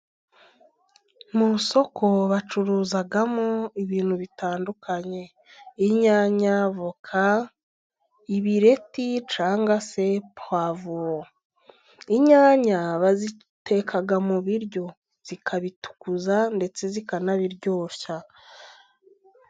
Mu isoko bacuruzamo ibintu bitandukanye inyanya, avoka ,ibireti cyangwa se pwavuro. Inyanya baziteka mu biryo zikabitukuza ndetse zikanabiryoshya.